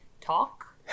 talk